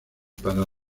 para